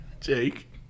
Jake